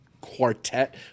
Quartet